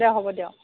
দিয়ক হ'ব দিয়ক